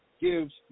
gives